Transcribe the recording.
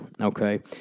Okay